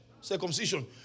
circumcision